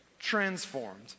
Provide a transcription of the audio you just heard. transformed